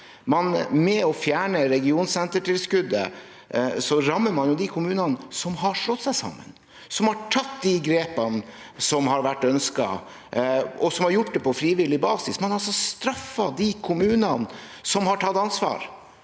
Ved å fjerne regionsentertilskuddet rammer man de kommunene som har slått seg sammen, som har tatt de grepene som har vært ønsket, og som har gjort det på frivillig basis. Man straffer altså de kommunene som har tatt ansvar.